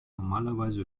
normalerweise